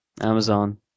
Amazon